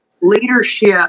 leadership